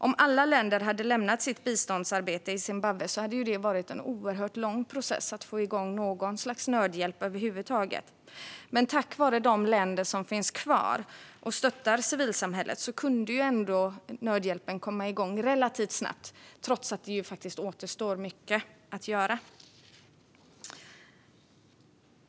Om alla länder hade lämnat sitt biståndsarbete i Zimbabwe hade det varit en oerhört lång process att få igång något slags nödhjälp över huvud taget. Tack vare de länder som finns kvar och stöttar civilsamhället kunde ändå nödhjälpen komma igång relativt snabbt, trots att det återstår mycket att göra.